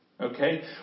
Okay